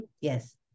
Yes